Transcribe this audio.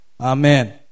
Amen